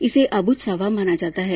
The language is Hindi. इसे अब्रुझ सावा माना जाता है